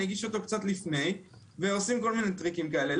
אני אגיש אותו קצת לפני ועושים כל מיני טריקים כאלה,